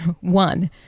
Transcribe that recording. one